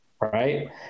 Right